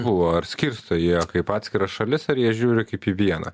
buvo ar skirsto jie kaip atskiras šalis ar jie žiūri kaip į vieną